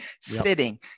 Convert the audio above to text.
sitting